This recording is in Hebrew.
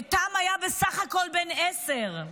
איתם היה בסך הכול בן עשר,